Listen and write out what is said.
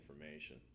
information